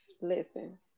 listen